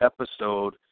episode